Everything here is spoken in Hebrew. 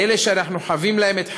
באלה שאנו חבים להם את חיינו,